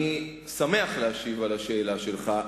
אני שמח להשיב על השאלה שלך.